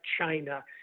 China